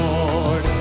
Lord